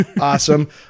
Awesome